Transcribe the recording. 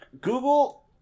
Google